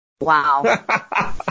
Wow